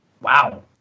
Wow